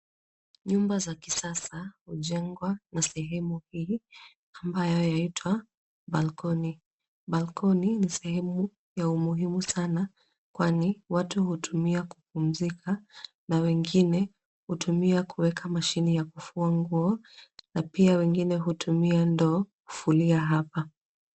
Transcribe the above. Nyumba za kisasa hujengwa na sehemu hii, ambayo huitwa balkoni. Balkoni ni sehemu ya umuhimu sana kwani , watu hutumia kupumzika na wengine hutumia kuweka mashine ya kufua nguo na pia wengine hutumia ndoo kufulia hapa.